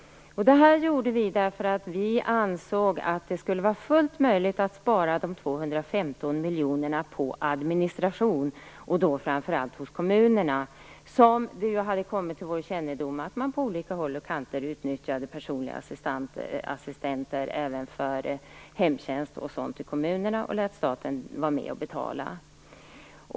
Det här gjorde vi därför att vi ansåg att det skulle vara fullt möjligt att spara de Det hade ju kommit till vår kännedom att man på olika håll utnyttjade personliga assistenter även för hemtjänst och sådant ute i kommunen och lät staten vara med och betala.